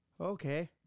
Okay